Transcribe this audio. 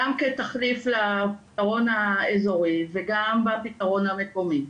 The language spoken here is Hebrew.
גם כתחליף לפתרון האזורי וגם בפתרון המקומי.